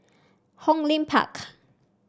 Hong Lim Park